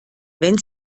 wenn